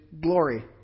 glory